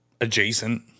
adjacent